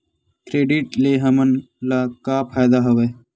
Credit ले हमन ला का फ़ायदा हवय?